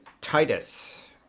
titus